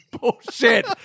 bullshit